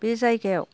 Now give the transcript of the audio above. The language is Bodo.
बे जायगायाव